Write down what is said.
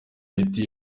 imiti